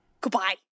Goodbye